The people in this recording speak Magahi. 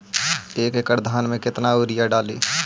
एक एकड़ धान मे कतना यूरिया डाली?